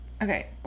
Okay